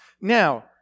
Now